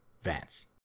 Vance